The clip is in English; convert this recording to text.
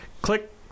Click